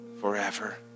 Forever